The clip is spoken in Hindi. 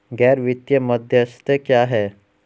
गैर वित्तीय मध्यस्थ क्या हैं?